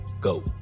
go